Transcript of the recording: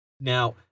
Now